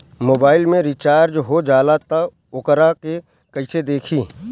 Mobile में recharge हो जाला त वोकरा के कइसे देखी?